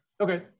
Okay